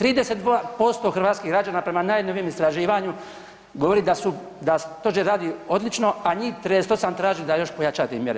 30% hrvatskih građana prema najnovijem istraživanju govori da stožer radi odlično, a njih 38 traži da još i pojačate mjere.